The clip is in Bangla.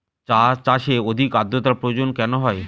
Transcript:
চা চাষে অধিক আদ্রর্তার প্রয়োজন কেন হয়?